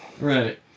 Right